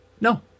No